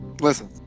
Listen